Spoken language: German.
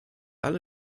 alle